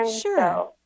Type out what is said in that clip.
Sure